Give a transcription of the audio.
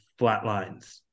flatlines